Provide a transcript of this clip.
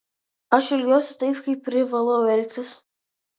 aš elgsiuosi taip kaip privalau elgtis